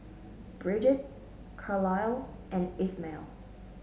Brigid Carlyle and Ismael